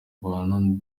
abantu